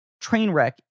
Trainwreck